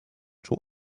czuł